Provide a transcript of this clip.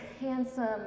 handsome